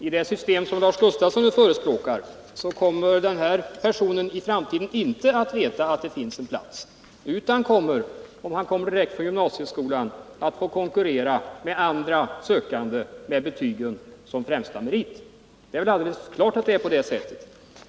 I det system som Lars Gustafsson förespråkar kommer denna person i framtiden inte att veta att det finns en plats, utan kommer, om vederbörande kommer direkt från gymnasieskolan, att få konkurrera med andra sökande med betygen som främsta merit. Det är väl alldeles klart att det är på det sättet.